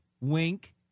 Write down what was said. wink